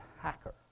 hacker